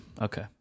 okay